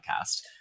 podcast